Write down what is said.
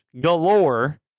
galore